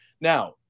Now